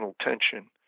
tension